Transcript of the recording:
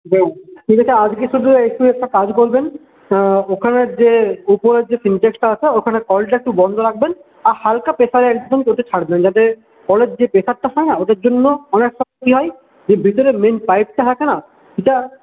হ্যাঁ ঠিক আছে আজকে শুধু একটু একটা কাজ করবেন তো ওখানের যে ওপরের যে সিন্ডেক্সটা আছে ওখানে কলটা একটু বন্ধ রাখবেন আর হাল্কা প্রেশারে একদম পেতে ছাড়বেন যাতে কলের যে প্রেশারটা হয়না ওদের জন্য অনেকসময় কী হয় যে ভিতরের মেন পাইপটা থাকে না সেইটা